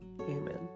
Amen